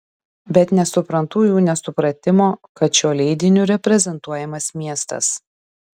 bet nesuprantu jų nesupratimo kad šiuo leidiniu reprezentuojamas miestas